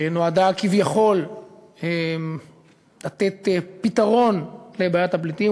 שנועדה כביכול לתת פתרון לבעיית הפליטים,